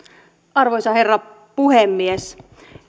arvoisa herra puhemies